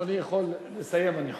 אדוני יכול לסיים, אני חושב.